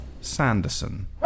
Sanderson